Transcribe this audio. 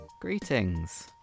Greetings